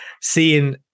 seeing